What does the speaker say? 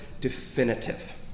definitive